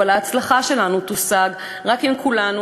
אבל ההצלחה שלנו תושג רק אם כולנו,